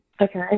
Okay